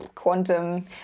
Quantum